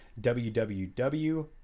www